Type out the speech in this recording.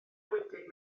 bwydydd